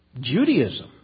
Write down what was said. Judaism